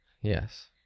Yes